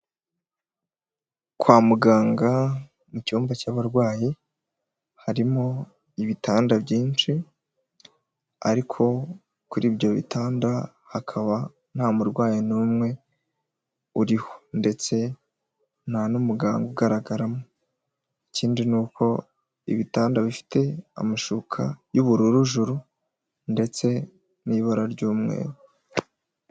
Kwa muganga mu cyumba cy'abarwayi, harimo ibitanda byinshi ariko kuri ibyo bitanda hakaba ntamurwayi n'umwe uriho ndetse nta n'umuganga ugaragaramo, ikindi ni uko ibitanda bifite amashuka y'ubururu juru ndetse n'ibara ry'umweru.